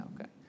okay